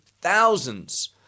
thousands